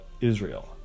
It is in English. Israel